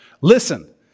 Listen